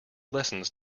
lessons